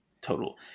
total